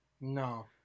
No